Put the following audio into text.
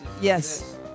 Yes